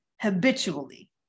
habitually